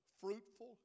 fruitful